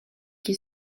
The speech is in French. qui